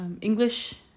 English